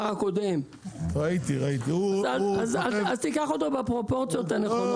לכן צריך לקחת אותו בפרופורציות הנכונות.